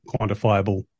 quantifiable